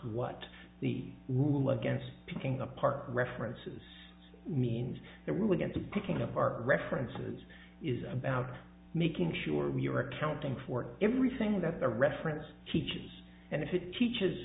what the rule against picking apart references means the rule against picking apart references is about making sure we are accounting for everything that the reference teaches and if it teaches